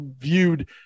viewed